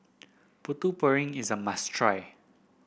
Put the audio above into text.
Putu Piring is a must try